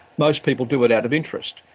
most people do it out of interest.